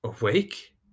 awake